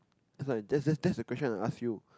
it's like that's that's the question I ask you